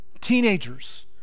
Teenagers